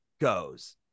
goes